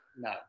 No